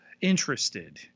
interested